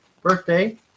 birthday